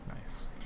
Nice